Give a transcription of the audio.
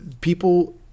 people